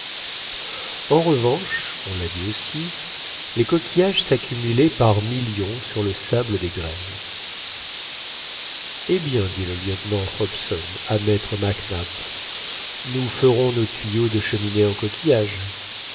en revanche on l'a dit aussi les coquillages s'accumulaient par millions sur le sable des grèves eh bien dit le lieutenant hobson à maître mac nap nous ferons nos tuyaux de cheminée en coquillages